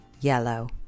yellow